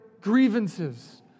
grievances